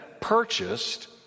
purchased